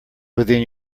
within